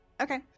Okay